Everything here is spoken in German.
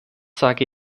sage